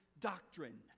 doctrine